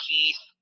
Keith